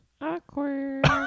Awkward